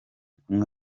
kumwe